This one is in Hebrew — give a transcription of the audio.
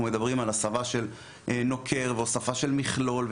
מדברים על הסבה של נוקר והוספה של מכלול,